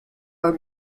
are